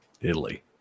Italy